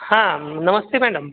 हां नमस्ते मॅणम